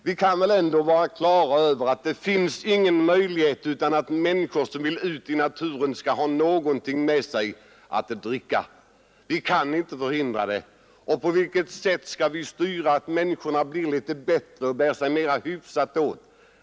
Vi ska väl ändå ha klart för oss att människor som ger sig ut i naturen vill ha något med sig att dricka. Vi kan inte förhindra det. På vilket sätt skall vi då styra människorna så att de blir litet bättre och bär sig litet mer hyfsat åt?